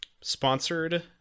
sponsored